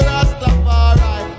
Rastafari